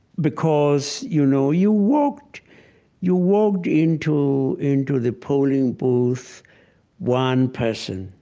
because, you know, you walked you walked into into the polling booth one person